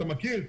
אתה מכיר,